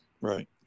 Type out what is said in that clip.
Right